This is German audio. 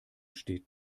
steht